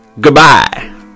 goodbye